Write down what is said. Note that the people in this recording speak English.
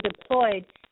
deployed